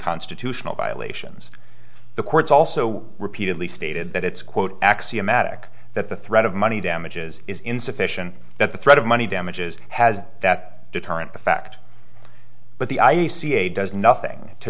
constitutional violations the courts also repeatedly stated that it's quote axiomatic that the threat of money damages is insufficient that the threat of money damages has that deterrent effect but the i c c a does nothing to